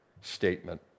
statement